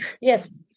Yes